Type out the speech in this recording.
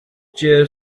chair